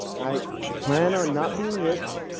plan on not being rich,